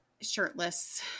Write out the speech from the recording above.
shirtless